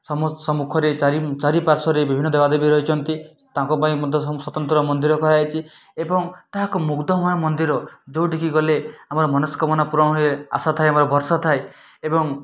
ସମ୍ମୁଖରେ ଚାରି ଚାରିପାର୍ଶ୍ୱରେ ବିଭିନ୍ନ ଦେବାଦେବୀ ରହିଛନ୍ତି ତାଙ୍କ ପାଇଁ ମଧ୍ୟ ସବୁ ସ୍ୱତନ୍ତ୍ର ମନ୍ଦିର କରାହେଇଛି ଏବଂ ତାହାକୁ ମୁଗ୍ଧ ମୁହାଁ ମନ୍ଦିର ଯେଉଁଠିକି ଗଲେ ଆମର ମନସ୍କାମନା ପୂରଣ ହୁଏ ଆଶା ଥାଏ ବା ଭରଷା ଥାଏ ଏବଂ